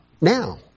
now